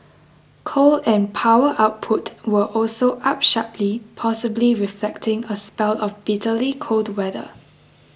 coal and power output were also up sharply possibly reflecting a spell of bitterly cold weather